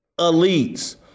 Elites